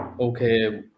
okay